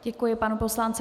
Děkuji panu poslanci.